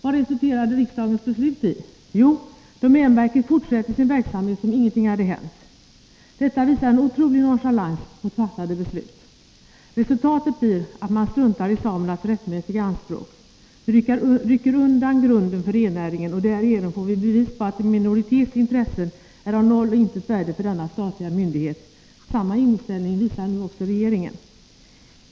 Vad resulterade riksdagens beslut i? Jo, domänverket fortsätter sin verksamhet som om ingenting hade hänt. Detta visar en otrolig nonchalans mot fattade beslut. Resultatet blir att man struntar i samernas rättmätiga anspråk. Det rycker undan grunden för rennäringen, och därigenom får vi bevis på att en minoritets intressen är av noll och intet värde för denna statliga myndighet. Samma inställning visar nu även regeringen.